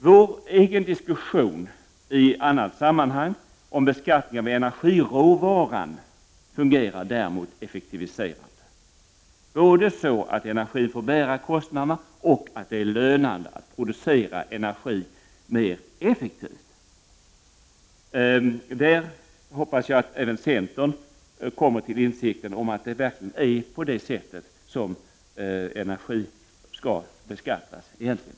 Vårt förslag i ett annat sammanhang om beskattning av energiråvaran fungerar däremot effektiviserande, både så att industrin får bära kostnaderna och så att det är lönande att producera energi mer effektivt. Jag hoppas att även centern kommer till insikten att det verkligen är så som energin egentligen skall beskattas. Tack för ordet!